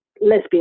lesbian